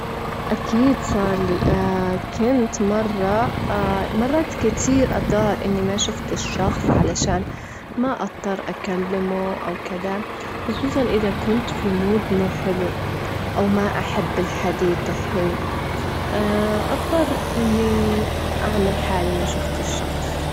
في يوم من الأيام في المسا، كانت الصيادة تمشي في الغابة، لجيت جزازة جديمة فيها رسالة، فتحت الرسالة، كانت خريطة جديمة و تدل على كنز مخفي في مكان بعيد، جررت الصيادة إنها تروح في مغامرة جديدة.